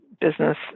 business